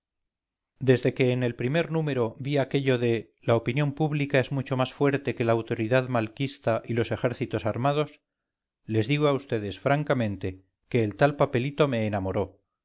desde que en el primer número vi aquello de la opinión pública es mucho más fuerte que la autoridad malquista y los ejércitos armados les digo a vds francamente que el tal papelito me enamoró